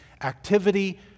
activity